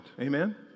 amen